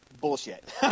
Bullshit